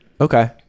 Okay